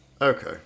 Okay